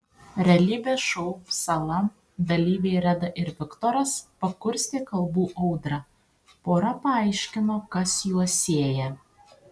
realybės šou sala dalyviai reda ir viktoras pakurstė kalbų audrą pora paaiškino kas juos sieja